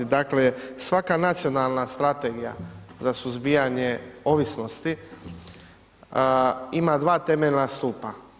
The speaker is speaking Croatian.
Dakle, svaka nacionalna strategija za suzbijanje ovisnosti ima dva temeljna stupa.